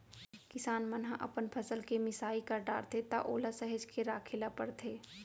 किसान मन ह अपन फसल के मिसाई कर डारथे त ओला सहेज के राखे ल परथे